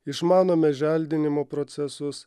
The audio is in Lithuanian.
išmanome želdinimo procesus